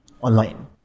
online